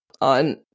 on